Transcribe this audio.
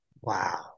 Wow